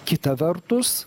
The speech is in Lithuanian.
kita vertus